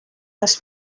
les